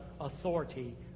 authority